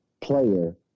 player